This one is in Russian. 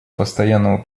постоянному